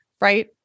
right